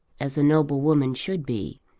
as a noble woman should be.